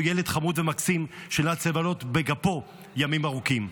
אותו ילד חמוד ומקסים שנאלץ לבלות בגפו ימים ארוכים.